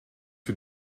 für